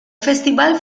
festival